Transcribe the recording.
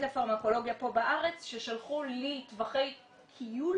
לפרמקולוגיה פה בארץ ששלחו לי טווחי כיול